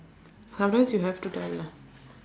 sometimes you have to tell lah